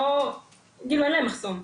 אין להם מחסום.